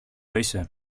είσαι